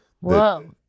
Whoa